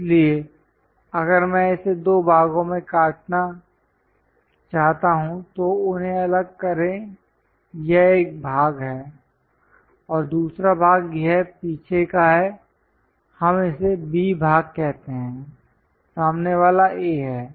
इसलिए अगर मैं इसे दो भागों में काटना चाहता हूं तो उन्हें अलग करें यह एक भाग है और दूसरा भाग यह पीछे का है हम इसे B भाग कहते हैं सामने वाला A है